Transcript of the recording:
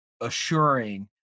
assuring